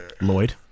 Lloyd